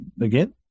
again